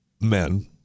men